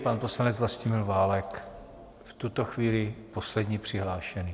Pan poslanec Vlastimil Válek, v tuto chvíli poslední přihlášený.